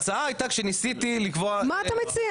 ההצעה הייתה שניסיתי לקבוע --- מה אתה מציע?